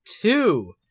Two